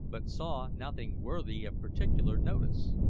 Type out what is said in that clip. but saw nothing worthy of particular notice.